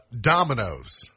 Dominoes